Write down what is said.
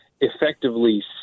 effectively